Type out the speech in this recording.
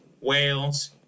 wales